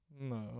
No